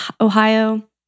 Ohio